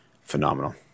phenomenal